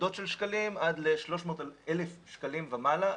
בודדות של שקלים עד ל-300,000 שקלים ומעלה,